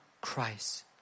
Christ